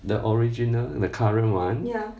the original the current one